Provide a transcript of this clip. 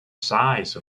size